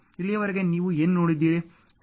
ಇಲ್ಲಿಯವರೆಗೆ ನೀವು ಏನು ನೋಡಿದ್ದೀರಿ